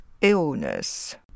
illness